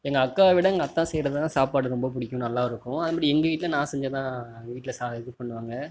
எங்கள் அக்காவை விட எங்கள் அத்தான் செய்கிறதுதான் சாப்பாடு ரொம்ப பிடிக்கும் நல்லா இருக்கும் அதேமாரி எங்கள் வீட்டில் நான் செஞ்சால்தான் எங்கள் வீட்டில் இது பண்ணுவாங்க